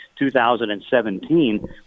2017